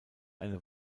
eine